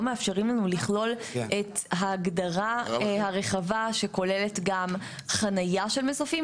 מאפשרים לנו לכלול את ההגדרה הרחבה שכוללת גם חניה של מסופים,